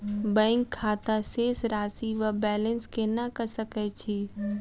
Bank खाता शेष राशि वा बैलेंस केना कऽ सकय छी?